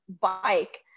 bike